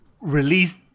release